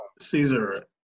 Caesar